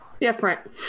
Different